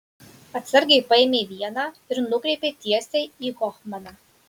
atsargiai paėmė vieną ir nukreipė tiesiai į hofmaną